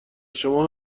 شما